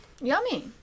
Yummy